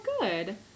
good